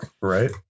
right